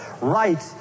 Right